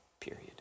period